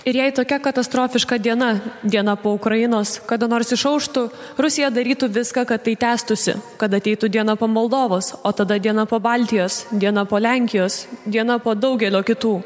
ir jei tokia katastrofiška diena diena po ukrainos kada nors išauštų rusija darytų viską kad tai tęstųsi kad ateitų diena po moldovos o tada diena po baltijos diena po lenkijos diena po daugelio kitų